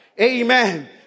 Amen